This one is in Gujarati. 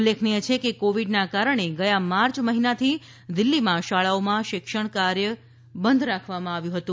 ઉલ્લેખનીય છે કે કોવિડના કારણે ગયા માર્ચ મહિનાથી દિલ્હીમાં શાળાઓમાં શિક્ષણ કાર્ય બંધ રાખવામાં આવ્યું હતું